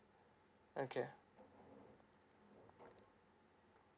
okay